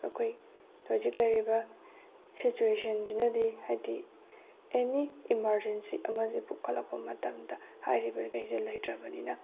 ꯑꯩꯈꯣꯏ ꯍꯧꯖꯤꯛ ꯂꯩꯔꯤꯕ ꯁꯤꯆꯨꯌꯦꯁꯟꯁꯤꯅꯗꯤ ꯍꯥꯏꯗꯤ ꯑꯦꯅꯤ ꯏꯃꯥꯔꯖꯦꯟꯁꯤ ꯑꯃꯁꯤ ꯄꯨꯈꯠꯂꯛꯄ ꯃꯇꯝꯗ ꯍꯥꯏꯔꯤꯕꯈꯩꯁꯦ ꯂꯩꯇ꯭ꯔꯕꯅꯤꯅ